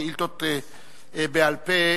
שאילתות בעל-פה